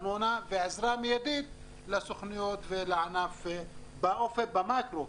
ארנונה ועזרה מיידית לסוכנויות ולענף במקרו,